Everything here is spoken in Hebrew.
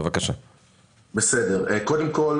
קודם כל,